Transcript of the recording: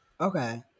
Okay